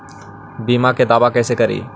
बीमा के दावा कैसे करी?